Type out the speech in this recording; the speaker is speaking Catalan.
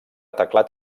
teclat